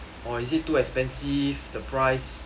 or is it too expensive the price